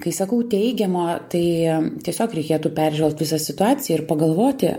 kai sakau teigiamo tai tiesiog reikėtų peržvelgti visą situaciją ir pagalvoti